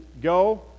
go